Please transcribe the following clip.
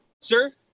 Sir